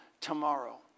tomorrow